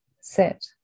sit